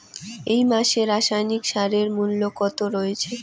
এই মাসে রাসায়নিক সারের মূল্য কত রয়েছে?